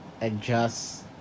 adjust